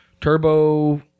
Turbo